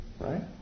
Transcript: Right